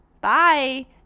bye